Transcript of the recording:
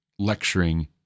lecturing